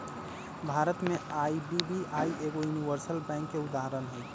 भारत में आई.डी.बी.आई एगो universal bank के उदाहरण हइ